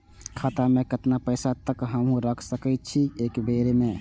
खाता में केतना पैसा तक हमू रख सकी छी एक बेर में?